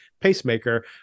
pacemaker